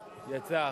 יצא.